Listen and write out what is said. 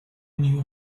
knew